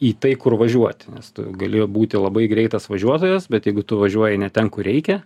į tai kur važiuoti nes tu gali būti labai greitas važiuotojas bet jeigu tu važiuoji ne ten kur reikia